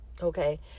okay